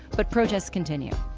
but protests continue.